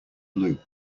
blue